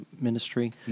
ministry